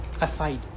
aside